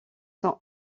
sont